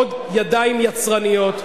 עוד ידיים יצרניות.